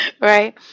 right